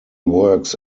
works